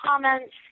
comments